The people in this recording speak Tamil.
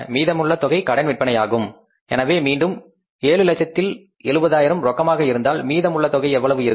மீதமுள்ள தொகை கடன் விற்பனையாகும் எனவே மீண்டும் 700000 ல் 70000 ரொக்கமாக இருந்தால் மீதமுள்ள தொகை எவ்வளவு இருக்கும்